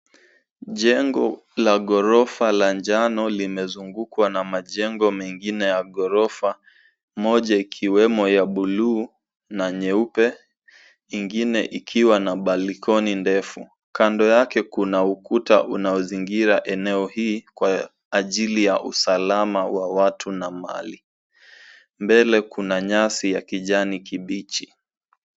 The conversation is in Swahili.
Jengo la ghorofa la njano limezungukwa na majengo mengine ya ghorofa, moja ikiwemo ya buluu na nyeupe, ingine ikiwa na balkoni ndefu. Kando yake kuna ukuta unaozingira eneo hii kwa ajili ya usalama wa watu na mali. Mbele kuna nyasi ya kijani kibichi.